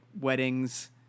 weddings